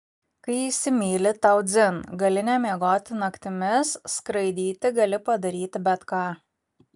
kai įsimyli tau dzin gali nemiegoti naktimis skraidyti gali padaryti bet ką